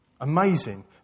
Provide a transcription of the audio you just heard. Amazing